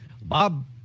Bob